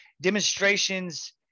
demonstrations